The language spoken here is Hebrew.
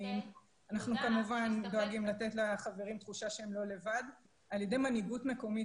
אנחנו כמובן דואגים לתת לחברים תחושה שהם לא לבד על ידי מנהיגות מקומית,